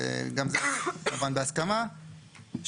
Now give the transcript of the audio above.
כמובן בהסכמה,